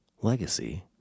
Legacy